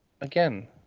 again